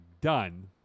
done